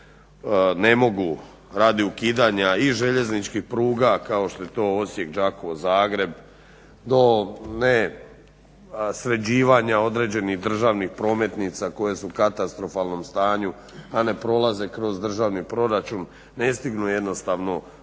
ne mogu radi ukidanja i željezničkih pruga kao što je to Osijek, Đakovo, Zagreb do nesređivanja određenih državnih prometnica koje su u katastrofalnom stanju a ne prolaze kroz Državni proračun ne stignu jednostavno obaviti